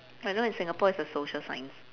I know in singapore it's a social science